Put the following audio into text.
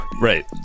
Right